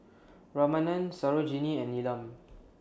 Ramanand Sarojini and Neelam